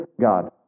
God